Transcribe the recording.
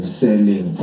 selling